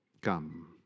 Come